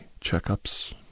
checkups